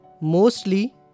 Mostly